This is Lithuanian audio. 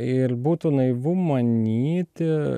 ir būtų naivu manyti